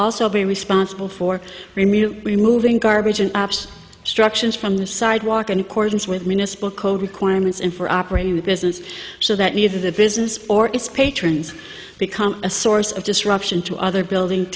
also be responsible for removing garbage and ops destructions from the sidewalk and accordance with municipal code requirements and for operating the business so that neither the business or its patrons become a source of disruption to other building